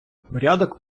порядок